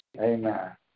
Amen